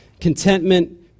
contentment